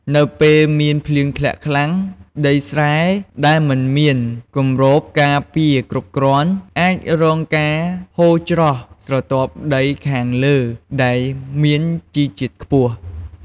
នៅពេលមានភ្លៀងធ្លាក់ខ្លាំង ដីស្រែដែលមិនមានគម្របការពារគ្រប់គ្រាន់ អាចរងការហូរច្រោះស្រទាប់ដីខាងលើដែលមានជីជាតិខ្ពស់។